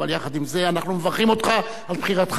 אבל יחד עם זה אנחנו מברכים אותך על בחירתך